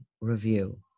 review